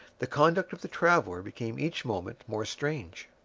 the conduct of the traveller became each moment more strange.